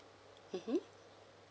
mmhmm